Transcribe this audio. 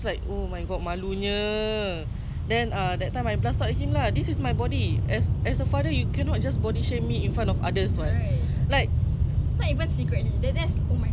exactly and kau kurus pun is not in a healthy way so kau nak aku kurus apa ikut cara kau then is like oh my god I'm so frustrated then my father was like